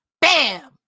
Bam